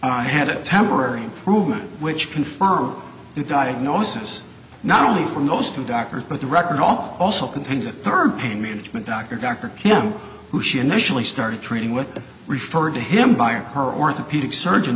i had a temporary improvement which confer you diagnosis not only from those two doctors but the record all also contains a third pain management doctor dr kim who she initially started treating with referred to him by her orthopedic surgeon